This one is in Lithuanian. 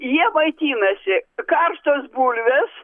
jie maitinasi karštos bulvės